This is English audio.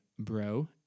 bro